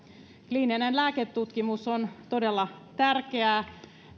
kliininen lääketutkimus on todella tärkeää se